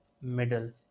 middle